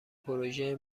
پروژه